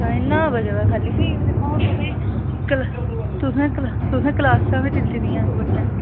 इ'न्ना बचेदा खाल्ली फ्ही दिक्खां हां तुसेंगी क्लासा तुसेंगी क्लासां बी दित्ती दियां बड़ियां